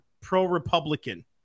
pro-Republican